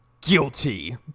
Guilty